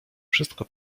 wszystko